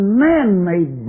man-made